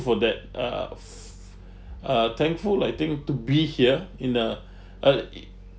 for that uh uh f~ uh thankful I think to be here in a uh it